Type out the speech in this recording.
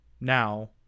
now